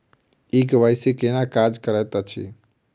ई KYC केना काज करैत अछि?